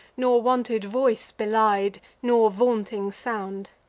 nor wanted voice belied, nor vaunting sound.